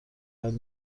بعد